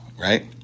right